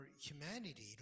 humanity